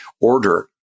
order